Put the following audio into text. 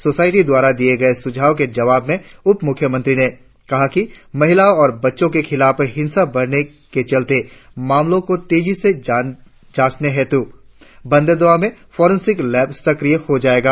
society द्वारा दिए गए सुझाए के जवाब में उपमुख्यमंत्री ने कहा कि महिलाओं और बच्चों के खिलाफ हिंसा बढ़ने के चलते मामलों को तेजी से जांचने हेतु बैंदरदेवा में फोरेंसिक लैब सक्रिय हो जाएगा